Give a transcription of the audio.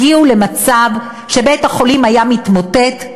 הגיעו למצב שבית-החולים היה מתמוטט,